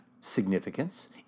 significance